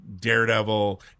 Daredevil